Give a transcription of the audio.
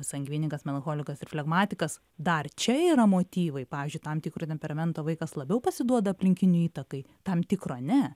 sangvinikas melancholikas ir flegmatikas dar čia yra motyvai pavyzdžiui tam tikro temperamento vaikas labiau pasiduoda aplinkinių įtakai tam tikro ne